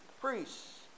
priests